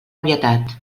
obvietat